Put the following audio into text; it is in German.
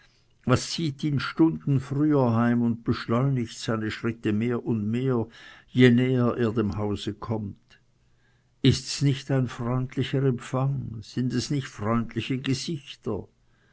was zieht ihn stunden früher heim und beschleunigt seine schritte mehr und mehr je näher er dem hause kommt ist's nicht freundlicher empfang sind es nicht freundliche gesichter